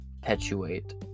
perpetuate